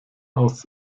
aus